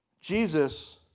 Jesus